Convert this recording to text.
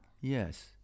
Yes